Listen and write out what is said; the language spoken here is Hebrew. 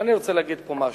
ואני רוצה להגיד פה משהו.